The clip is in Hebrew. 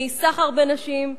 מסחר בנשים.